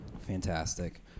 Fantastic